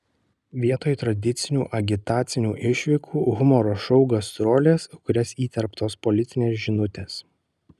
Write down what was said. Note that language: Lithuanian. vietoj tradicinių agitacinių išvykų humoro šou gastrolės į kurias įterptos politinės žinutės